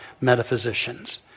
metaphysicians